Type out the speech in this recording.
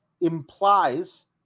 implies